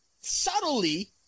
subtly